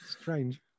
Strange